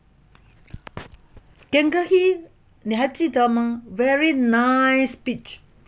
gangehi 你还记得吗 very nice beach